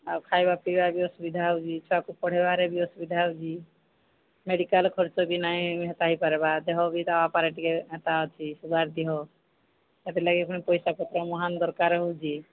ଆଉ ଖାଇବା ପିଇବା ବି ଅସୁବିଧା ହେଉଛି ଛୁଆକୁ ପଢ଼େଇବାରେ ବି ଅସୁବିଧା ହେଉଛି ମେଡ଼ିକାଲ୍ ଖର୍ଚ୍ଚ ବି ନାଇଁ ହେତା ହେଇପାର୍ବା ଦେହ ବି ତା ବାପାର ଟିକେ ହେତା ଅଛି ସୁଗାର ଦିହ ସେଥିଲାଗି ପୁଣି ପଇସା ପତ୍ର ମହାନ ଦରକାର ହେଉଛି